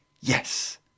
Yes